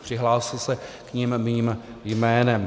Přihlásil se k nim mým jménem.